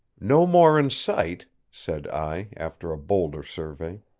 no more in sight, said i, after a bolder survey.